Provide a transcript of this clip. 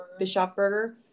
Bishopberger